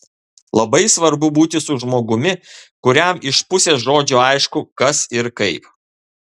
labai svarbu būti su žmogumi kuriam iš pusės žodžio aišku kas ir kaip